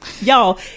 y'all